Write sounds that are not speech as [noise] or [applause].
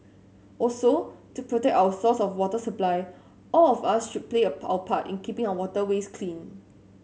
also to protect our source of water supply all of us should play [unintelligible] our part in keeping our waterways clean